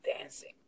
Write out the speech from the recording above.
dancing